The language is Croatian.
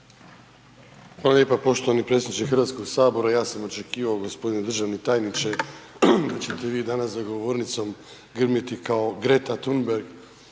Hvala lijepo poštovani predsjedniče Hrvatskog sabora. Ja sam očekivao gospodine državni tajniče da ćete vi danas za govornicom grmjeti kao Greta Thunberg